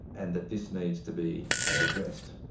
and that this needs to be redressed.